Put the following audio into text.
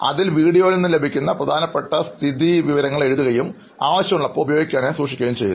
അതിൽ വീഡിയോയിൽ നിന്ന് ലഭിക്കുന്ന പ്രധാനപ്പെട്ട സ്ഥിതിവിവരങ്ങൾ എഴുതുകയും ആവശ്യമുള്ളപ്പോൾ ഉപയോഗിക്കാനായി സൂക്ഷിക്കുകയും ചെയ്യുന്നു